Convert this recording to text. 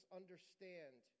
understand